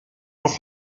noch